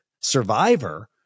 survivor